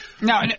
now